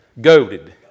Goaded